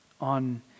on